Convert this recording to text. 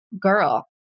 girl